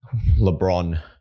LeBron